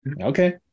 Okay